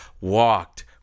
walked